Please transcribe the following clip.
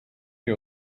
wir